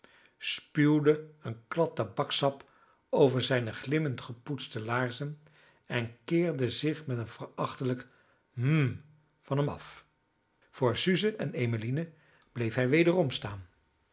spuwde een klad tabakssap over zijne glimmend gepoetste laarzen en keerde zich met een verachtelijk hm van hem af voor suze en emmeline bleef hij wederom staan